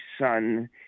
son